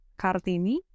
Kartini